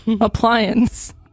Appliance